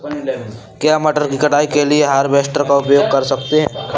क्या मटर की कटाई के लिए हार्वेस्टर का उपयोग कर सकते हैं?